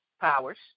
powers